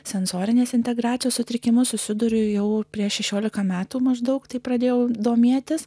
sensorinės integracijos sutrikimus susiduriu jau prieš šešiolika metų maždaug taip pradėjau domėtis